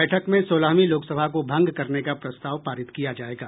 बैठक में सोलहवीं लोकसभा को भंग करने का प्रस्ताव पारित किया जायेगा